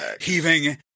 heaving